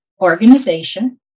organization